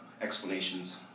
explanations